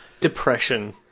depression